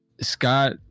Scott